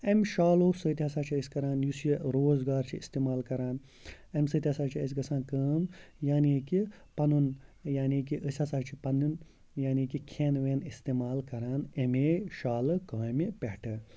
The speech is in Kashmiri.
اَمہِ شالو سۭتۍ ہَسا چھِ أسۍ کَران یُس یہِ روزگار چھِ استعمال کَران اَمہِ سۭتۍ ہَسا چھِ اَسہِ گژھان کٲم یعنی کہِ پَنُن یعنی کہِ أسۍ ہَسا چھِ پںٛںٮ۪ن یعنی کہِ کھٮ۪ن وٮ۪ن استعمال کَران اَمے شالہٕ کامہِ پٮ۪ٹھٕ